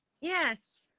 Yes